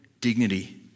dignity